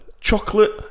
Chocolate